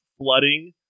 flooding